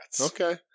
Okay